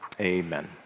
amen